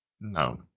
No